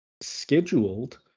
scheduled